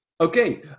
okay